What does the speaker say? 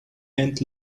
and